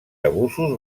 abusos